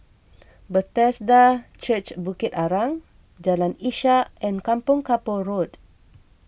Bethesda Church Bukit Arang Jalan Ishak and Kampong Kapor Road